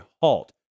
halt